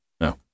No